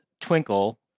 Twinkle